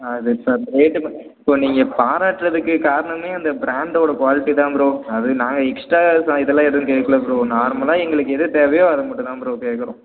அது ரேட்டு மட்டும் ஸோ நீங்கள் பாராட்டுறதுக்குக் காரணமே அந்த ப்ராண்டோடய க்வாலிட்டி தான் ப்ரோ அது நாங்கள் எக்ஸ்ட்ரா இதெல்லாம் எதுவும் கேட்கல ப்ரோ நார்மலாக எங்களுக்கு எது தேவையோ அது மட்டும் தான் ப்ரோ கேட்குறோம்